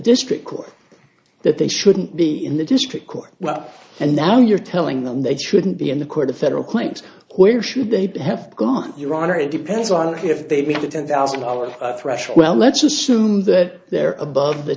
district court that they shouldn't be in the district court well and now you're telling them they shouldn't be in the court of federal claims where should they have gone your honor it depends on if they meet the ten thousand dollars threshold well let's assume that they're above the